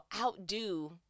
outdo